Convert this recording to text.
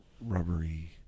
rubbery